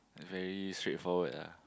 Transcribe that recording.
very straightforward ya